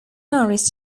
norris